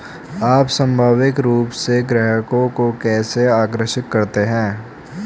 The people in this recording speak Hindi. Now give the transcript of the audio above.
आप स्वाभाविक रूप से ग्राहकों को कैसे आकर्षित करते हैं?